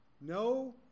No